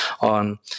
on